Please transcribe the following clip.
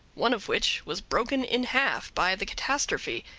one of which was broken in half by the catastrophe,